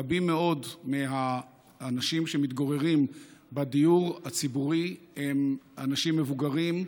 רבים מאוד מהאנשים שמתגוררים בדיור הציבורי הם אנשים מבוגרים,